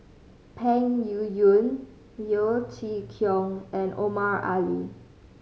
Peng Yuyun Yeo Chee Kiong and Omar Ali